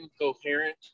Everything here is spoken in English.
incoherent